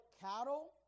cattle